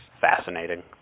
fascinating